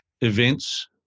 events